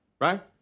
right